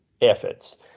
efforts –